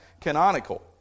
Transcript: Canonical